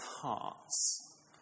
hearts